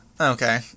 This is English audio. Okay